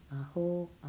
Aho